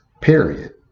period